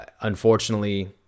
unfortunately